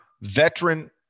veteran